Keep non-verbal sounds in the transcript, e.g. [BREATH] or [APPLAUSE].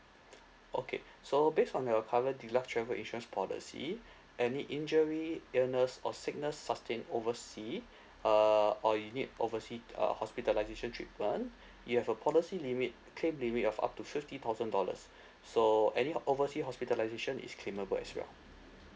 okay so based on your travel deluxe travel insurance policy [BREATH] any injury illness or sickness sustain oversea [BREATH] uh or you need oversea uh hospitalisation treatment [BREATH] you have a policy limit claim limit of up to fifty thousand dollars [BREATH] so any oversea hospitalisation is claimable as well